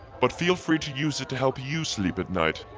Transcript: but feel free to use it to help you sleep at night.